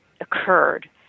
occurred